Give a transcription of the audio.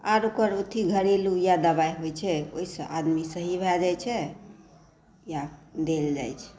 आर ओकर अथी घरेलु इएह ओकर दवाइ होइ छै ओहिसँ आदमी सही भए जाइ छै इएह देल जाइ छै